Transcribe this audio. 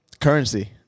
currency